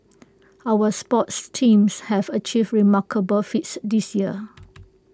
our sports teams have achieved remarkable feats this year